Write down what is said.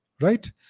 right